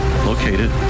Located